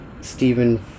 Stephen